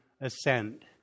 ascend